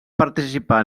participar